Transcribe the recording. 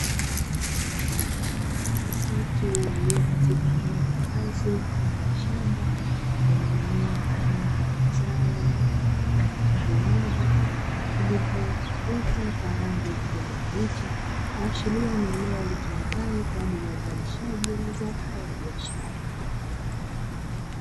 Watu waliopo katika eneo la wazi mfano wa shamba lenye mimea ya zao aina ya vitunguu mmaji lilivyo ota kwa rangi ya kijani kibichi kuashiria ni eneo linalotumika kwa ajili ya uzalishaji wa zao hilo la biashara.